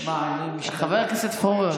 חבר הכנסת פורר,